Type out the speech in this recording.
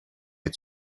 est